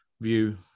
view